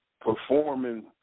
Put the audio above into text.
performing